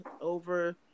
over